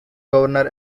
governor